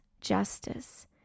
Justice